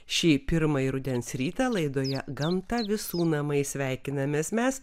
šį pirmąjį rudens rytą laidoje gamta visų namai sveikinamės mes